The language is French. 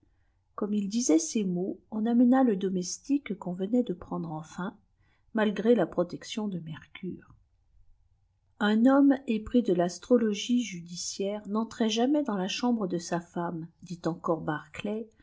comme il disait ces mots on amevaiedomeatâqe éfpw vepait de prendre eniin malgré la protection de merempe un homme épris de l'astrologie judicia nentrait jaoîaiib da s a chambre de sa femme dit enco barclai